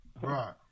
Right